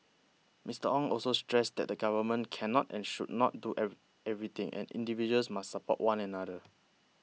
Mister Ong also stressed that the government cannot and should not do every everything and individuals must support one another